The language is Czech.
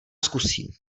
zkusím